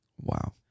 Wow